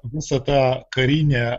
visą tą karinę